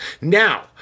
Now